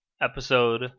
episode